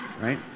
Right